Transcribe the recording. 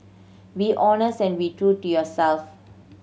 be honest and be true to yourself